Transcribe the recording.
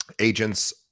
agents